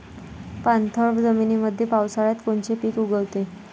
पाणथळ जमीनीमंदी पावसाळ्यात कोनचे पिक उगवते?